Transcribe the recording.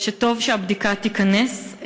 שטוב שהבדיקה תיכנס,